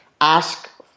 ask